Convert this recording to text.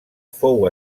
fou